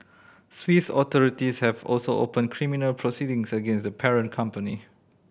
Swiss authorities have also opened criminal proceedings against the parent company